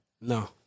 No